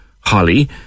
Holly